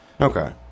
Okay